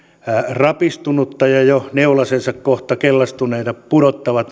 rapistunut jo todellakin neulasensa kohta kellastuneena pudottaa